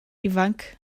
ifanc